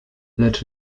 lecz